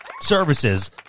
Services